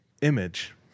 image